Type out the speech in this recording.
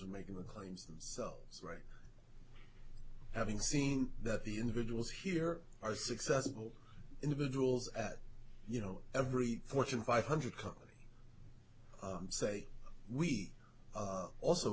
making the claims themselves right having seen that the individuals here are successful individuals at you know every fortune five hundred company say we also